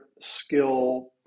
skill